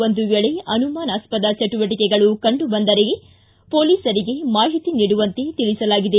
ಒಂದು ವೇಳೆ ಅನುಮಾನಾಸ್ವದ ಚಟುವಟಿಕೆಗಳು ಕಂಡು ಬಂದರೆ ಪೊಲೀಸರಿಗೆ ಮಾಹಿತಿ ನೀಡುವಂತೆ ತಿಳಿಸಲಾಗಿದೆ